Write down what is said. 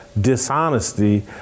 dishonesty